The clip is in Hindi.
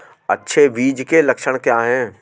अच्छे बीज के लक्षण क्या हैं?